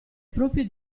proprio